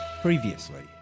Previously